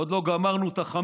עוד לא גמרנו את החמץ